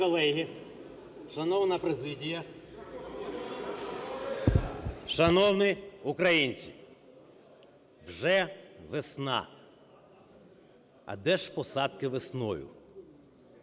Шановні колеги, шановна президія, шановні українці! Вже весна, а де ж посадки весною?